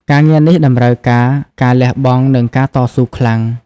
ការងារនេះត្រូវការការលះបង់និងការតស៊ូខ្លាំង។